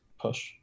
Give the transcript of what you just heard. push